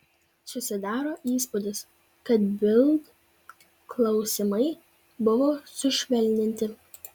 susidaro įspūdis kad bild klausimai buvo sušvelninti